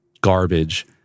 garbage